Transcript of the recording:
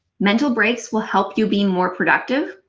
mental breaks will help you be more productive,